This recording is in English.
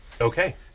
Okay